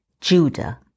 Judah